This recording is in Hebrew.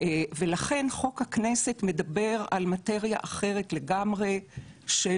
ולכן חוק הכנסת מדבר על מטריה אחרת לגמרי של